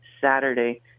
Saturday